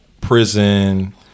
prison